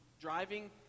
Driving